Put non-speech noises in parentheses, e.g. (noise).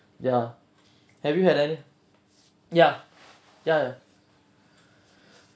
ya have you had any ya ya ya (breath)